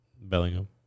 Bellingham